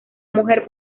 mujer